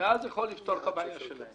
אז זה יכול לפתור לך את הבעיה שלהם.